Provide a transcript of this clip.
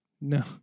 No